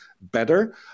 better